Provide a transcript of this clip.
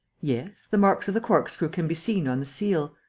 yes, the marks of the corkscrew can be seen on the seal.